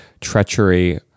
treachery